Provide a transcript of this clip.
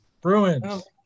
Bruins